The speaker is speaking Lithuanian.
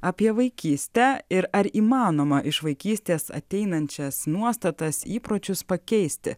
apie vaikystę ir ar įmanoma iš vaikystės ateinančias nuostatas įpročius pakeisti